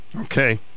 Okay